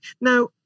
now